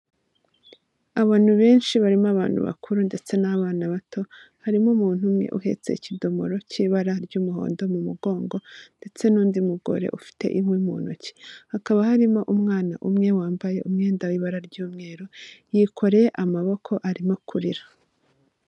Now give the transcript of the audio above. Abantu benshi barimo abantu bakuru ndetse n'abana bato, harimo umuntu umwe uhetse ikidomoro cy'ibara ry'umuhondo mu mugongo, ndetse n'undi mugore ufite inkwi mu ntoki. Hakaba harimo umwana umwe wambaye umwenda w'ibara ry'umweru, yikoreye amaboko arimo kurira.